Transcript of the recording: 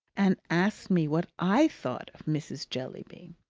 and asked me what i thought of mrs. jellyby.